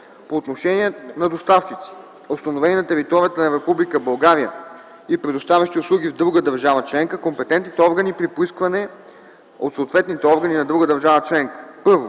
По отношение на доставчици, установени на територията на Република България и предоставящи услуги в друга държава членка, компетентните органи при поискване от съответните органи на друга държава членка: 1.